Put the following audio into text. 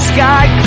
Sky